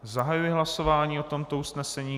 Zahajuji hlasování o tomto usnesení.